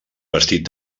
vestit